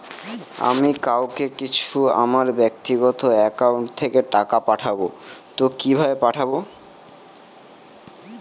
আমি কাউকে কিছু আমার ব্যাক্তিগত একাউন্ট থেকে টাকা পাঠাবো তো কিভাবে পাঠাবো?